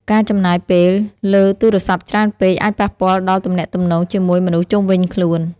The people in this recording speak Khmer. ការចំណាយពេលលើទូរស័ព្ទច្រើនពេក អាចប៉ះពាល់ដល់ទំនាក់ទំនងជាមួយមនុស្សជុំវិញខ្លួន។